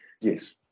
Yes